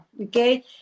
okay